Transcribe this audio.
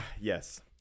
yes